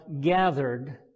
gathered